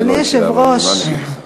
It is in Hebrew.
אדוני היושב-ראש,